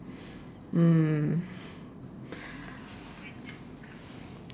mm